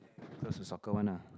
close to soccer one lah